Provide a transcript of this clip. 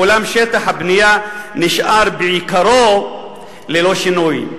אולם שטח הבנייה נשאר בעיקרו ללא שינוי.